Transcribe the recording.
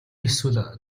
эсвэл